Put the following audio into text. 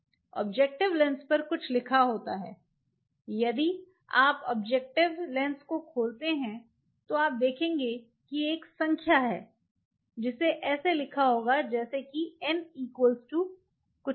objective lens पर कुछ लिखा होता है यदि आप ऑब्जेक्टिव लेंस को खोलते हैं तो आप देखेंगे कि एक संख्या है जिसे ऐसे लिखा होगा जैसे कि n कुछ